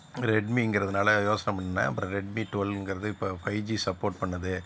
ரெட்மிங்குறதுனாலே யோசனை பண்ணிணேன் அப்புறம் ரெட்மி டுவல்ங்கிறது இப்போ ஃபை ஜி சப்போர்ட் பண்ணுது